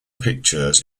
pictures